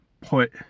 put